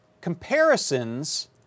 comparisons